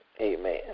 Amen